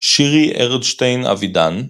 שירי ארטשטיין-אבידן,